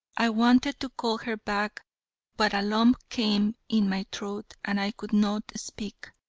i wanted to call her back but a lump came in my throat and i could not speak.